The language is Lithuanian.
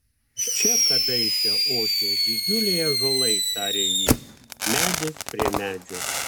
čia kadaise ošė didžiuliai ąžuolai tarė ji medis prie medžio